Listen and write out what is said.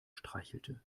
streichelte